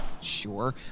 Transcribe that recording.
Sure